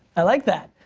i like that.